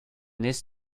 this